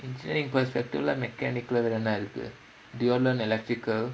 engineering perspective lah mechanic lah வேணா இருக்கு:venaa irukku do you want learn electical